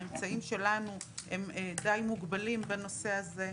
האמצעים שלנו הם די מוגבלים בנושא הזה.